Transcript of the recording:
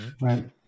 Right